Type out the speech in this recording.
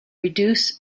reduce